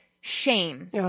shame